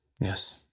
yes